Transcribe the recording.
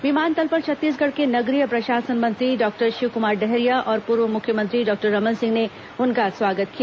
विमानतल पर छत्तीसगढ़ के नगरीय प्रशासन मंत्री डॉक्टर शिवकुमार डहरिया और पूर्व मुख्यमंत्री डॉक्टर रमन सिंह ने उनका स्वागत किया